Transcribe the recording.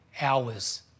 hours